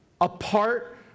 apart